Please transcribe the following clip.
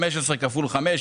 15 כפול 5,